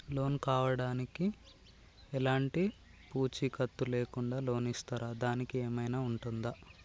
Loan కావడానికి ఎలాంటి పూచీకత్తు లేకుండా లోన్ ఇస్తారా దానికి ఏమైనా ఉంటుందా?